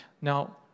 Now